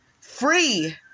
free